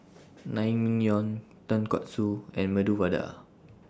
Naengmyeon Tonkatsu and Medu Vada